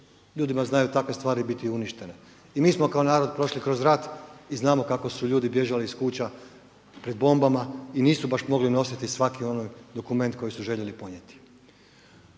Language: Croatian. Ljudima znaju takve stvari biti i uništene, i mi smo kao narod prošli kroz rat i znamo kako su ljudi bježali iz kuća pred bombama i nisu baš mogli nositi svaki onaj dokument koji su željeli podnijeti.